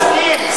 הוא מסכים.